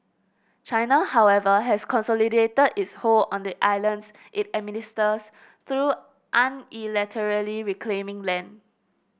China however has consolidated its hold on the islands it administers through unilaterally reclaiming land